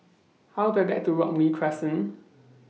How Do I get to Robey Crescent